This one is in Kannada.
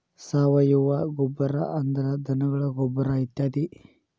ಸಾವಯುವ ಗೊಬ್ಬರಾ ಅಂದ್ರ ಧನಗಳ ಗೊಬ್ಬರಾ ಇತ್ಯಾದಿ